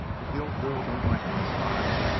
if the old girl don't like my style,